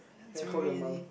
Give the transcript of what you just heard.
can I call your mum